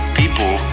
people